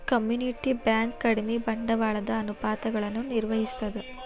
community bank ಕಡಿಮಿ ಬಂಡವಾಳದ ಅನುಪಾತಗಳನ್ನ ನಿರ್ವಹಿಸ್ತದ